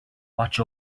watch